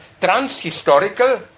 trans-historical